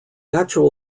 actual